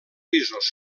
pisos